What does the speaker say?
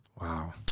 Wow